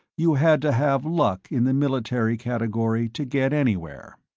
you had to have luck in the military category to get anywhere.